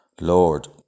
Lord